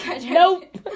nope